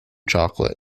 chocolate